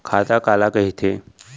खाता काला कहिथे?